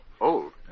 Old